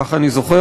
ככה אני זוכר,